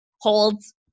holds